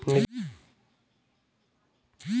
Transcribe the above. निजी बैंक लोगों को लूटने में कोई कसर नहीं छोड़ती है